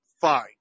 Fine